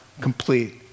complete